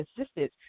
assistance